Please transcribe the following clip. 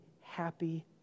happy